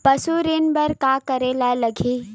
पशु ऋण बर का करे ला लगही?